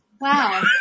Wow